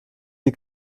die